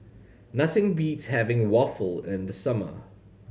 nothing beats having waffle in the summer